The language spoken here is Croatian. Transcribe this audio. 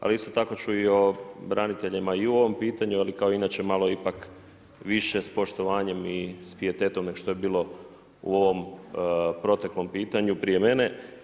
Ali isto tako ću i o braniteljima i u ovom pitanju, ali kao inače malo ipak više s poštovanjem i s pijetetom nego što je bilo u ovom proteklom pitanju prije mene.